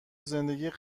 زندگی